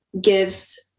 gives